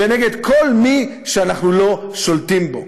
ונגד כל מי שאנחנו לא שולטים בו.